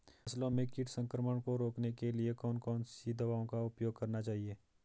फसलों में कीट संक्रमण को रोकने के लिए कौन कौन सी दवाओं का उपयोग करना चाहिए?